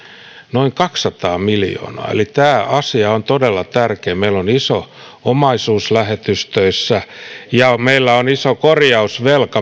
noin kaksisataa miljoonaa eli tämä asia on todella tärkeä meillä on iso omaisuus lähetystöissä ja meillä on iso korjausvelka